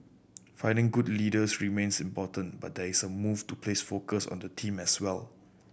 finding good leaders remains important but there is a move to place focus on the team as well